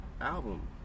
Album